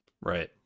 Right